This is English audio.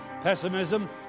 pessimism